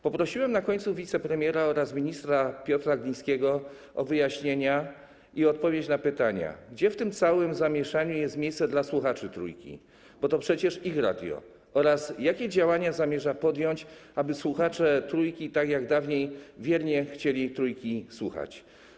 Poprosiłem na końcu wicepremiera oraz ministra Piotra Glińskiego o wyjaśnienia i odpowiedź na pytania, gdzie w tym całym zamieszaniu jest miejsce dla słuchaczy Trójki, bo to przecież ich radio, oraz jakie działania zamierza podjąć, aby słuchacze Trójki tak jak dawniej wiernie chcieli Trójki słuchać.